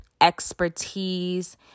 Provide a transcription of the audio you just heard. expertise